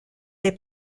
est